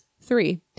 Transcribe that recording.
three